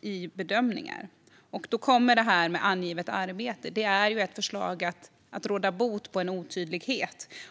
i bedömningar. Då är angivet arbete ett förslag för att råda bot på en otydlighet.